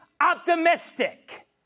optimistic